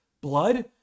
blood